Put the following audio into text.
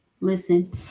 Listen